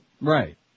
Right